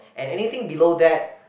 and anything below that